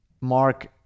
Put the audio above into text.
Mark